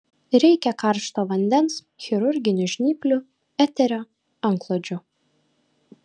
reikia karšto vandens chirurginių žnyplių eterio antklodžių